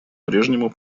прежнему